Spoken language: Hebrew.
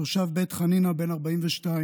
תושב בית חנינא בן 42,